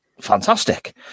fantastic